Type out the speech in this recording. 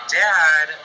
dad